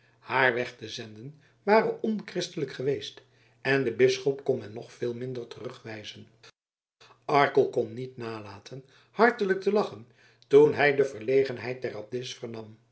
haar weg te zenden ware onchristelijk geweest en den bisschop kon men nog veel minder terugwijzen arkel kon niet nalaten hartelijk te lachen toen hij de verlegenheid der abdis